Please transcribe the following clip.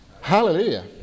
Hallelujah